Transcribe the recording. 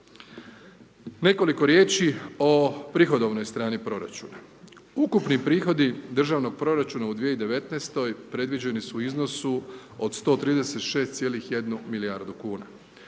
Nekoliko riječi o prihodovnoj strani proračuna. Ukupni prihodi Državnog proračuna u 2019. predviđeni su i iznosu od 136,1 milijardu kuna.